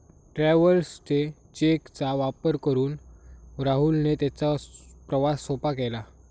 travellers cheque चा वापर करून राहुलने त्याचा प्रवास सोपा केला